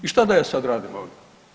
I šta da ja sad radim ovdje?